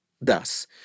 Thus